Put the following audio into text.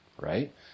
right